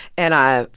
and i,